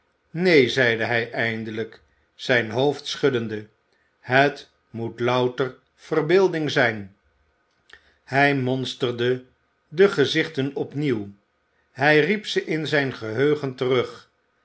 neen zeide hij eindelijk zijn hoofd schuddende het moet louter verbeelding zijn hij monsterde de gezichten opnieuw hij riep ze in zijn geheugen terug